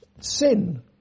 sin